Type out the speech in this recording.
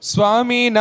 Swami